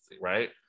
right